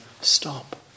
stop